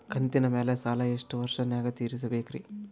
ಕಂತಿನ ಮ್ಯಾಲ ಸಾಲಾ ಎಷ್ಟ ವರ್ಷ ನ್ಯಾಗ ತೀರಸ ಬೇಕ್ರಿ?